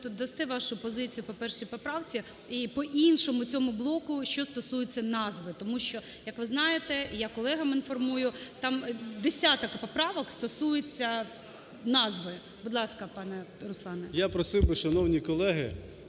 дасте вашу позицію по 1 поправці і по іншому цьому блоку, що стосується назви. Тому що, як ви знаєте, і я колегам інформую, там десяток поправок стосується назви. Будь ласка, пане Руслан. 13:05:13 КНЯЗЕВИЧ Р.П.